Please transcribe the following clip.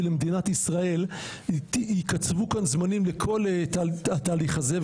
למדינת ישראל ייקצבו כאן זמנים לכל התהליך הזה.